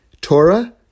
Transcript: Torah